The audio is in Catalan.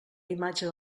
imatge